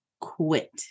quit